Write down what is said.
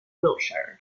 wiltshire